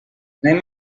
anem